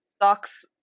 Doc's